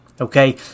okay